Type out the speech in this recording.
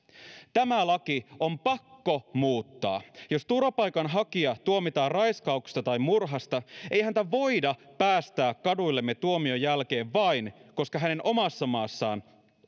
tämä laki on pakko muuttaa jos turvapaikanhakija tuomitaan raiskauksesta tai murhasta ei häntä voida päästää kaduillemme tuomion jälkeen vain koska hänen omassa maassaan